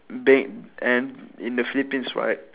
ba~ and in the philippines right